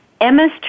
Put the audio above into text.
Emma's